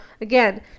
again